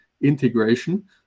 integration